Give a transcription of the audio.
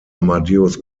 amadeus